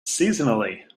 seasonally